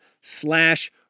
slash